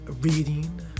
reading